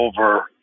over